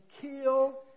kill